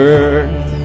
earth